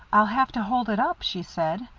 i'll have to hold it up, she said.